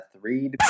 Three